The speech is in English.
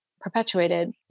perpetuated